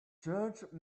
judge